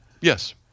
Yes